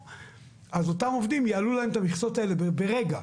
אז אותם עובדים יעלו להם את המכסות האלה ברגע.